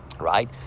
right